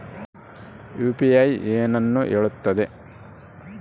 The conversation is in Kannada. ಯು.ಪಿ.ಐ ಏನನ್ನು ಹೇಳುತ್ತದೆ?